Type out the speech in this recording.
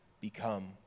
become